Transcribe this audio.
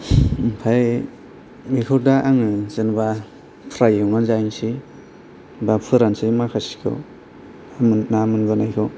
ओमफाय बेखौदा आङो जेन'बा फ्राइ एवनानै जाहैसै एबा फोरानसै माखासेखौ ना मोनबोनायखौ